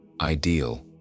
ideal